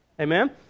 Amen